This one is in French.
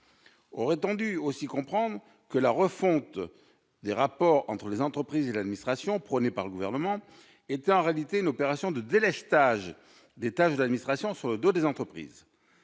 Aurait-on dû aussi comprendre que la refonte des rapports entre les entreprises et l'administration, prônée par le Gouvernement, était en réalité une opération de délestage des tâches de l'administration sur le dos des entreprises ?